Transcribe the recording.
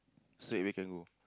straightaway can go